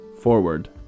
Forward